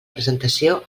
presentació